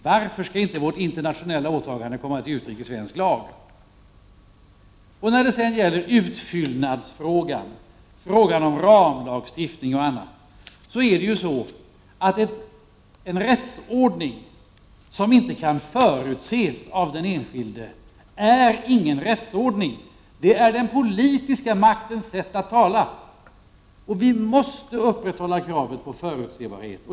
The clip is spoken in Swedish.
Varför skall våra internationella åtaganden inte komma till uttryck i svensk lag? När det gäller utfyllnadsfrågan och frågan om ramlagstiftning vill jag säga att en rättsordning som inte kan förutses av den enskilde inte är någon rättsordning. Det är i stället den politiska maktens sätt att tala. Vi måste upprätthålla kravet på förutsebarhet.